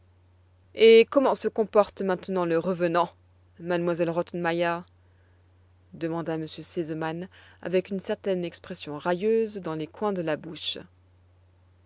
et comment se comporte maintenant le revenant m elle rottenmeier demanda m r sesemann avec une certaine expression railleuse dans les coins de la bouche